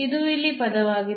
ಇದು ಇಲ್ಲಿ ಪದವಾಗಿದೆ